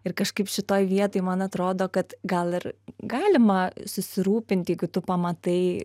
ir kažkaip šitoj vietoj man atrodo kad gal ir galima susirūpint jeigu tu pamatai